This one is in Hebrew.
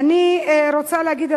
אני רוצה להגיד,